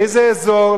באיזה אזור,